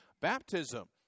baptism